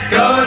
go